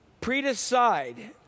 pre-decide